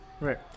Right